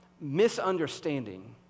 misunderstanding